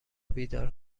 بیدار